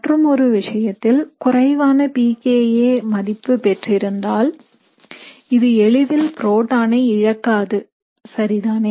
மற்றுமொரு விஷயத்தில் குறைவான pKa மதிப்பு பெற்றிருந்தால் இது எளிதில் புரோட்டானை இழக்காது சரிதானே